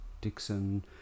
Dixon